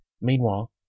Meanwhile